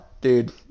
dude